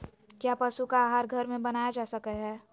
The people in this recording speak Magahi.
क्या पशु का आहार घर में बनाया जा सकय हैय?